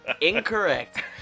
Incorrect